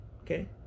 okay